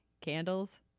candles